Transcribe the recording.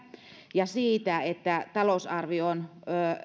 ja siitä että talousarvioon